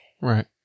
Right